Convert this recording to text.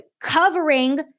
covering